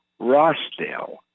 Rossdale